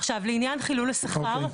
עכשיו, לגבי חילול השכר,